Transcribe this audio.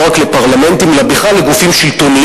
לא רק לפרלמנטים אלא בכלל לגופים שלטוניים